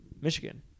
Michigan